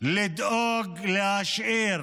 לדאוג להשאיר